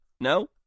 No